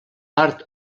part